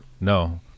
No